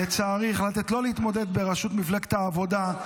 לצערי, החלטת לא להתמודד לראשות מפלגת העבודה.